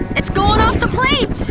it's going off the plate!